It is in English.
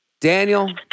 Daniel